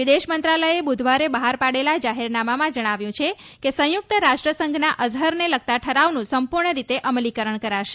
વિદેશ મંત્રાલયે બુધવારે બહાર પાડેલા જાહેરનામામાં જણાવ્યું છે કે સંયુક્ત રાષ્ટ્રસંઘના અઝહરને લગતા ઠરાવનું સંપૂર્ણ રીતે અમલીકરણ કરાશે